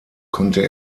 konnte